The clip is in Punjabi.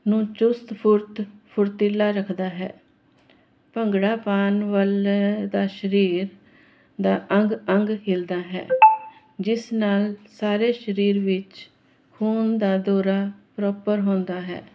ਨੂੰ ਚੁਸਤ ਫੁਰਤ ਫੁਰਤੀਲਾ ਰੱਖਦਾ ਹੈ ਭੰਗੜਾ ਪਾਨ ਵਾਲੇ ਦਾ ਸ਼ਰੀਰ ਦਾ ਅੰਗ ਅੰਗ ਹਿੱਲਦਾ ਹੈ ਜਿਸ ਨਾਲ ਸਾਰੇ ਸਰੀਰ ਵਿੱਚ ਖੂਨ ਦਾ ਦੌਰਾ ਪ੍ਰੋਪਰ ਹੁੰਦਾ ਹੈ